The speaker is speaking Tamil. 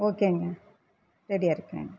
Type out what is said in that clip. ஓகேங்க ரெடியாக இருக்கிறேன்